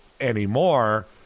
anymore